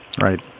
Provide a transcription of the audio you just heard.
Right